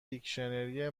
دیکشنری